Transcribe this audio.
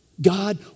God